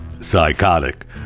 psychotic